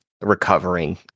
recovering